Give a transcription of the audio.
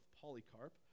Polycarp